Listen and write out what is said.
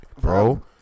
bro